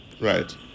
Right